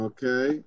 Okay